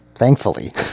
thankfully